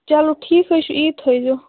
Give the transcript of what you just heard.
چلو ٹھیٖک حظ چھُ یی تھٲیزیو